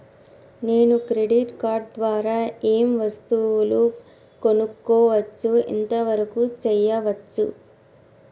నేను credit card ద్వారా ఏం వస్తువులు కొనుక్కోవచ్చు ఎంత వరకు చేయవచ్చు?